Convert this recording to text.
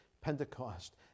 Pentecost